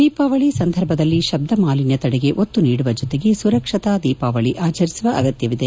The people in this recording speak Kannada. ದೀಪಾವಳಿ ಸಂದರ್ಭದಲ್ಲಿ ಶ್ವುಮಾಲಿನ್ನ ತಡಗೆ ಒತ್ತು ನೀಡುವ ಜೊತೆಗೆ ಸುರಕ್ಷತ ದೀಪಾವಳಿ ಆಚರಿಸುವ ಅಗತ್ತವಿದೆ